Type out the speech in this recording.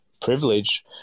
privilege